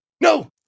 no